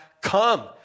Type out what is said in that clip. come